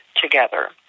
together